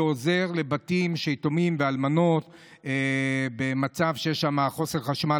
שעוזר בבתים של יתומים ואלמנות במצב שיש שם חוסר חשמל,